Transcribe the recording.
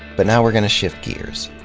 but now we're going to shift gears.